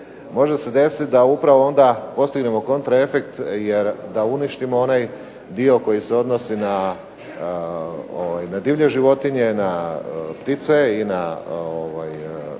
može se desiti da postignemo upravo kontraefekt jer da uništimo onaj dio koji se odnosi na divlje životinje i na ptice i na